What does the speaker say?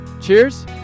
Cheers